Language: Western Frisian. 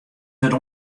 wurdt